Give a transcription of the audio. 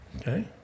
Okay